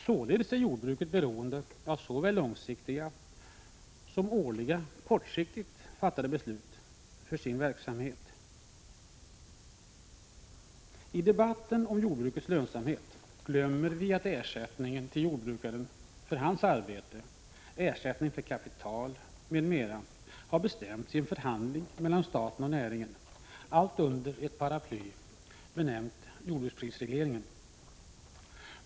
Således är jordbruket beroende av såväl långsiktiga som årliga kortsiktigt fattade beslut för sin verksamhet. I debatten om jordbrukets lönsamhet glömmer vi att ersättningen till jordbrukaren för hans arbete, ersättning för kapital, m.m. har bestämts i en förhandling mellan staten och näringen, allt under ett paraply, benämnt jordbruksprisregleringen.